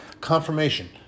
Confirmation